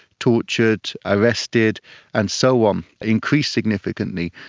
tortured, arrested and so on increased significantly.